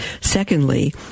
Secondly